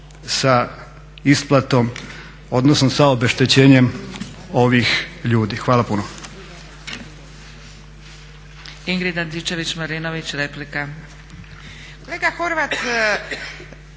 sa isplatom odnosno sa obeštećenjem ovih ljudi. Hvala puno.